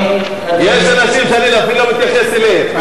יש אנשים שאני לא מתייחס אליהם,